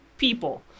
people